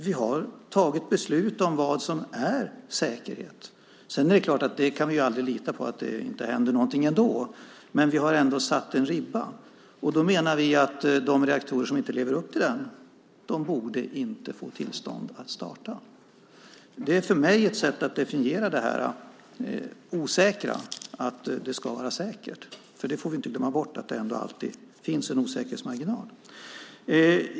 Vi har ju tagit beslut om vad som är säkerhet. Vi kan förstås inte lita på att det inte händer något ändå, men vi har ändå satt en ribba. Och då menar vi att de reaktorer som inte lever upp till den inte borde få tillstånd att starta. Det är för mig ett sätt att definiera det osäkra i att det ska vara säkert. Vi får ju inte glömma att det alltid finns en osäkerhetsmarginal.